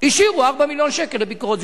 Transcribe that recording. השאירו 4 מיליון שקל לביקורות.